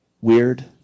weird